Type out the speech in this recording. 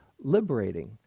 liberating